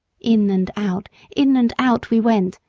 in and out, in and out we went,